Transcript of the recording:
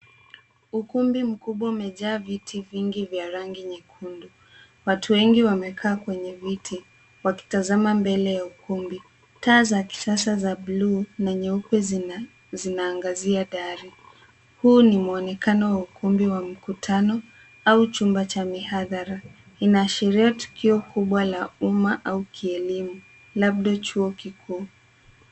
Ukumbi mkubwa umejaa viti vingi vya rangi nyekundu. Watu wengi wamekaa kwenye viti, wakitazama mbele ya ukumbi. Taa za kisasa za buluu na nyeupe zinaangazia dari. Huu ni mwonekano wa ukumbi wa mkutano, au chumba cha mihadhara. Inaashiria tukio kubwa la umma au kielimu labda chuo kikuu.